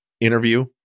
interview